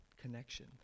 connection